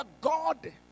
God